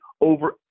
over